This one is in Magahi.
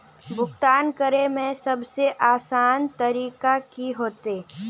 भुगतान करे में सबसे आसान तरीका की होते?